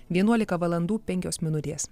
vienuolika valandų penkios minutės